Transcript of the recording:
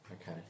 Okay